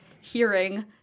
hearing